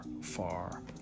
far